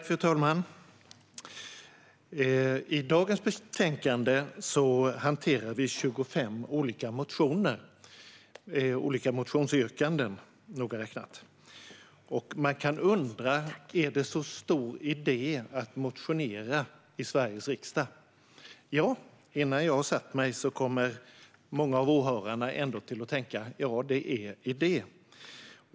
Fru talman! I dagens betänkande hanterar vi 25 olika motionsyrkanden, och man kan undra om det är så stor idé att motionera i Sveriges riksdag. Ja, innan jag har satt mig kommer många av åhörarna att tänka att det är idé.